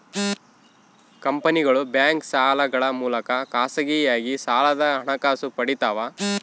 ಕಂಪನಿಗಳು ಬ್ಯಾಂಕ್ ಸಾಲಗಳ ಮೂಲಕ ಖಾಸಗಿಯಾಗಿ ಸಾಲದ ಹಣಕಾಸು ಪಡಿತವ